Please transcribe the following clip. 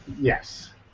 Yes